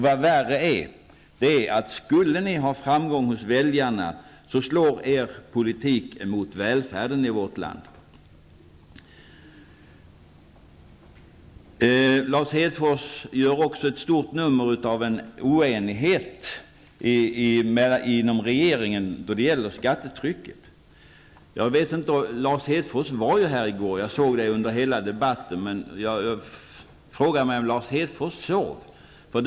Vad värre är: Skulle ni ha framgång hos väljarna slår er politik emot välfärden i vårt land. Lars Hedfors gör också ett stort nummer av en oenighet inom regeringen då det gäller skattetrycket. Lars Hedfors var ju här i kammaren i går; jag såg honom under hela debatten. Men jag frågar mig om Lars Hedfors sov.